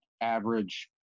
average